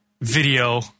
video